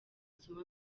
somo